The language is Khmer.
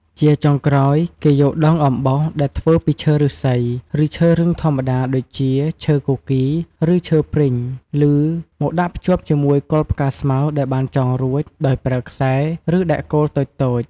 ជាចុងក្រោយ គេយកដងអំបោសដែលធ្វើពីឈើឫស្សី ឬឈើរឹងធម្មតា ដូចជាឈើគគីរ ឬឈើព្រីងឮ មកដាក់ភ្ជាប់ជាមួយគល់ផ្កាស្មៅដែលបានចងរួច ដោយប្រើខ្សែ ឬដែកគោលតូចៗ។